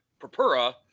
Papura